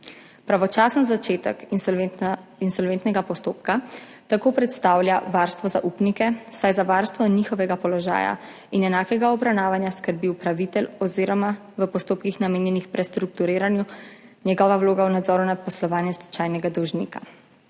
Pravočasen začetek insolventnega postopka tako predstavlja varstvo za upnike, saj za varstvo njihovega položaja in enakega obravnavanja skrbi upravitelj oziroma je v postopkih, namenjenih prestrukturiranju, njegova vloga v nadzoru nad poslovanjem stečajnega dolžnika.